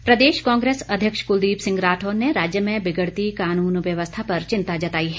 राढौर प्रदेश कांग्रेस अध्यक्ष कुलदीप सिंह राठौर ने राज्य में बिगड़ती कानून व्यवस्था पर चिंता जताई है